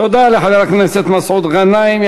תודה לחבר הכנסת מסעוד גנאים.